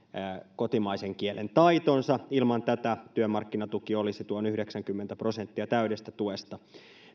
kotimaisen kielen taitonsa ilman tätä työmarkkinatuki olisi tuon yhdeksänkymmentä prosenttia täydestä tuesta